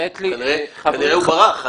כנראה הוא ברח.